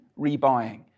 rebuying